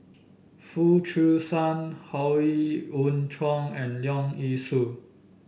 Foo Chee San Howe Yoon Chong and Leong Yee Soo